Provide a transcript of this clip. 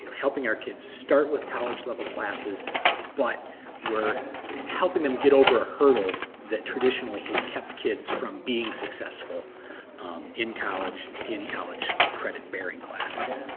helping our kids start with college level classes but we're helping them get over a hurdle that traditionally has kept kids from being successful in college in college credit bearing classes.